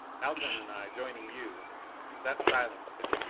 haljan and i, joining you that silenced him.